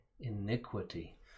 iniquity